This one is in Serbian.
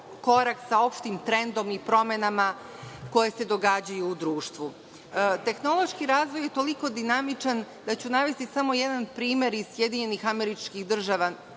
korak sa opštim trendom i promenama koje se događaju u društvu. Tehnološki razvoj je toliko dinamičan, da ću navesti samo jedan prime iz SAD. Deset najtraženijih top